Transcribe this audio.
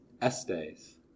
estes